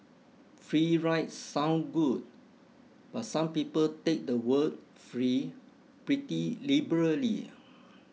free ride sound good but some people take the word free pretty liberally